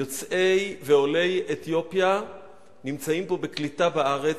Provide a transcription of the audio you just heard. יוצאי אתיופיה ועולי אתיופיה נמצאים פה בקליטה בארץ,